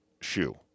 shoe